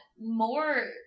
more